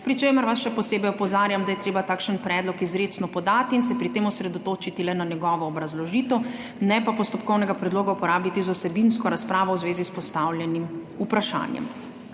pri čemer vas še posebej opozarjam, da je treba takšen predlog izrecno podati in se pri tem osredotočiti le na njegovo obrazložitev, ne pa postopkovnega predloga uporabiti za vsebinsko razpravo v zvezi s postavljenim vprašanjem.